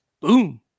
boom